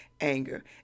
anger